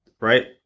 right